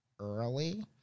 early